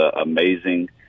amazing